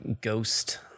ghost